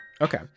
Okay